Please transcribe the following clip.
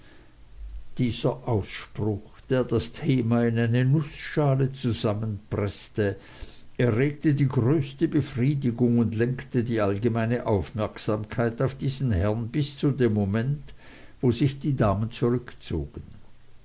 dieser ausspruch der das thema in eine nußschale zusammenpreßte erregte die größte befriedigung und lenkte die allgemeine aufmerksamkeit auf diesen herrn bis zu dem moment wo sich die damen zurückzogen